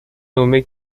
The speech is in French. nommé